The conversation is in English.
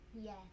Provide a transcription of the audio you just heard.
Yes